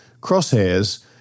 crosshairs